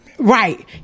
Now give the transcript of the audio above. Right